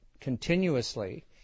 continuously